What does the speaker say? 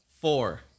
four